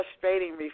frustrating